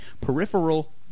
peripheral